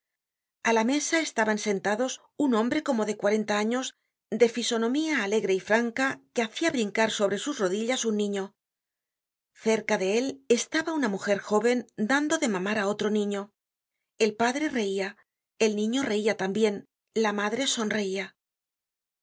a la mesa estaban sentados un hombre como de cuarenta años de fisonomía alegre y franca que hacia brincar sobre sus rodillas un niño cerca de él estaba una mujer jóven dando de mamar á otro niño el padre reia el niño reia tambien la madre se sonreia